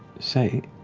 say.